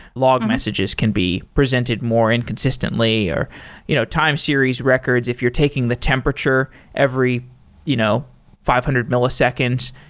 log messages can be presented more inconsistently, or you know time series records. if you're taking the temperature every you know five hundred ms, ah